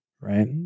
right